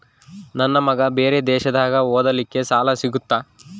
ನನ್ನ ಮಗ ಬೇರೆ ದೇಶದಾಗ ಓದಲಿಕ್ಕೆ ಸಾಲ ಸಿಗುತ್ತಾ?